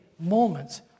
Moments